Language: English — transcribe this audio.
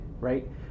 right